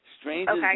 Strangers